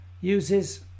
uses